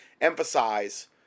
emphasize